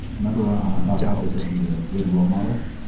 remember when on my podcast, i said you're a good role model?